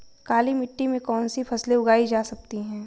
काली मिट्टी में कौनसी फसलें उगाई जा सकती हैं?